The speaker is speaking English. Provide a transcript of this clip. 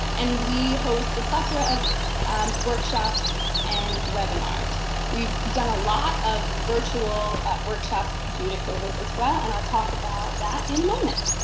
and we host a plethora of workshops and webinars. we've done a lot of virtual workshops due to covid as well, and i'll talk about that in a moment.